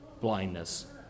blindness